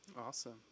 Awesome